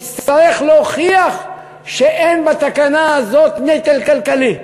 הוא יצטרך להוכיח שאין בתקנה הזאת נטל כלכלי.